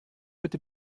bitte